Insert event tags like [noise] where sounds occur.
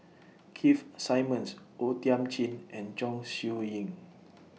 [noise] Keith Simmons O Thiam Chin and Chong Siew Ying [noise]